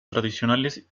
tradicionales